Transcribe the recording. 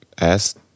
Ask